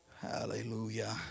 Hallelujah